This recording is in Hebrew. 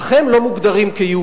אך הם לא מוגדרים כיהודים.